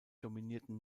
dominierten